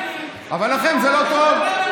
אבל לכם זה לא טוב.